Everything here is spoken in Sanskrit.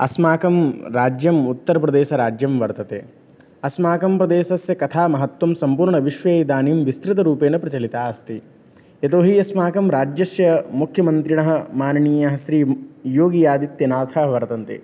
अस्माकं राज्यम् उत्तर् प्रदेशराज्यं वर्तते अस्माकं प्रदेशस्य कथामहत्त्वं सम्पूर्णविश्वे इदानीं विस्तृतरूपेण प्रचलिता अस्ति यतोहि अस्माकं राज्यस्य मुख्यमन्त्रिणः माननीयः श्रीयोगी आदित्यनाथः वर्तन्ते